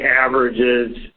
averages